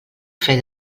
fer